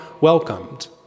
welcomed